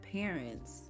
parents